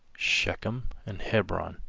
schekem and hebron